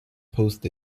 post